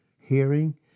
hearing